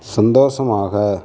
சந்தோசமாக